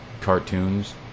cartoons